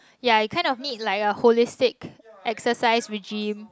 ya it kind of need like a holistic exercise regime